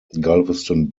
galveston